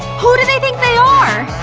who do they think they are?